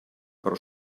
però